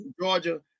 Georgia